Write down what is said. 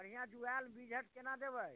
बढ़िआँ जुआएल ब्रिघेट केना देबै